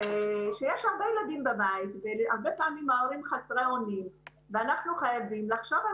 והרבה פעמים ההורים חסרי אונים ואנחנו מחויבים לחשוב על